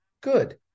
good